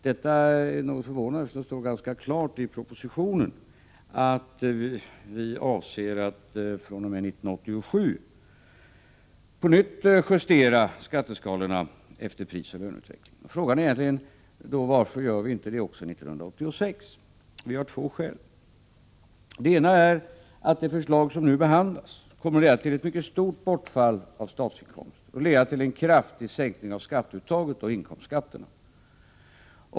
Detta är något förvånande, eftersom det står ganska klart i propositionen att vi avser att fr.o.m. 1987 på nytt justera skatteskalorna efter prisoch löneutvecklingen. Det man kan fråga sig är varför vi inte gör det 1986. Vi har två skäl. Det ena är att det förslag som nu behandlas kommer att leda till ett mycket stort bortfall av statsinkomster och till en kraftig sänkning av uttaget av inkomstskatter.